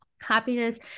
happiness